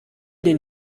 den